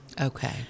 Okay